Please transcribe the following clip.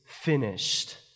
finished